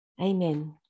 Amen